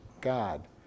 God